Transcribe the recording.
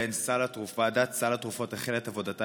שבהן ועדת סל התרופות החלה את עבודתה